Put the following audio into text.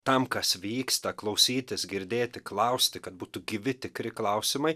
tam kas vyksta klausytis girdėti klausti kad būtų gyvi tikri klausimai